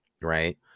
Right